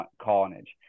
carnage